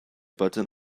button